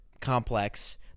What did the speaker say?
complex